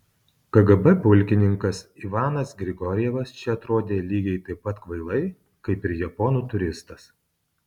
kgb pulkininkas ivanas grigorjevas čia atrodė lygiai taip pat kvailai kaip ir japonų turistas